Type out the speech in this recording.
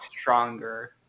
stronger